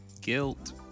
Guilt